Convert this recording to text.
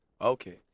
Okay